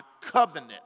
covenant